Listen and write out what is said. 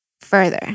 further